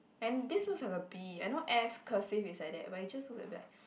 and this so like a B I know f cursive is like that but you just look her back